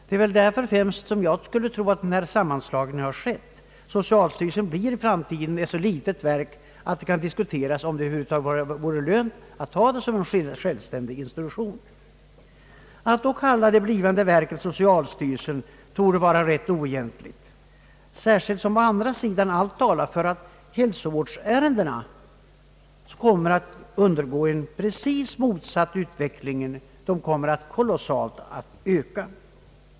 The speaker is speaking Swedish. Det är väl främst därför som denna sammanslagning har skett. Socialstyrelsen skulle i framtiden ha blivit ett så litet verk att det kan diskuteras om det över huvud taget vore lönt att ha kvar en sådan styrelse som självständig institution. Att då kalla det blivande verket för socialstyrelsen torde bli rätt oegentligt, särskilt som å andra sidan allt talar för att hälsovårdsärendena kommer att undergå en motsatt utveckling och väsentligt öka.